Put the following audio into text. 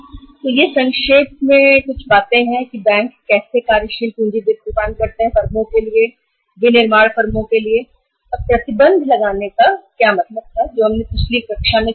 तो यह संक्षेप में है कि बैंक कैसे विनिर्माण फर्मों को कार्यशील पूँजी वित्त प्रदान करते हैं और प्रतिबंध लगाने का क्या मतलब है जिसकी हमने पिछली कक्षा में विस्तार से चर्चा की